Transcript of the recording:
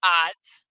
odds